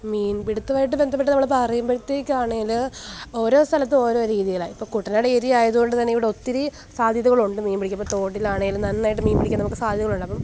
മീൻപിടുത്തവുമായിട്ട് ബന്ധപ്പെട്ട് നമ്മൾ പറയുമ്പോഴത്തെക്കാണെങ്കിൽ ഓരോ സ്ഥലത്തും ഓരോ രീതിയിലാണ് ഇപ്പോൾ കുട്ടനാട് ഏരിയ ആയതുകൊണ്ട്തന്നെ ഇവിടെ ഒത്തിരി സാധ്യതകൾ ഉണ്ട് മീൻപിടിക്കാൻ ഇപ്പോൾ തോട്ടിലാണെങ്കിലും നന്നായിട്ട് മീൻപിടിക്കാൻ നമുക്ക് സാധ്യതകളുണ്ട് അപ്പം